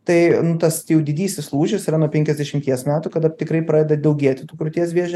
tai nu tas jau didysis lūžis yra nuo penkiasdešimties metų kada tikrai pradeda daugėti tų krūties vėžio